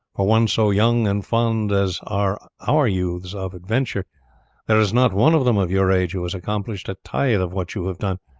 for one so young and fond as are our youths of adventure there is not one of them of your age who has accomplished a tithe of what you have done.